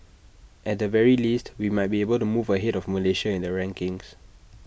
at the very least we might be able to move ahead of Malaysia in the rankings